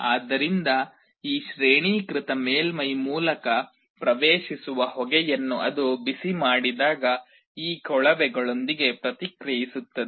ಆದ್ದರಿಂದ ಈ ಶ್ರೇಣೀಕೃತ ಮೇಲ್ಮೈ ಮೂಲಕ ಪ್ರವೇಶಿಸುವ ಹೊಗೆಯನ್ನು ಅದು ಬಿಸಿಮಾಡಿದಾಗ ಆ ಕೊಳವೆಗಳೊಂದಿಗೆ ಪ್ರತಿಕ್ರಿಯಿಸುತ್ತದೆ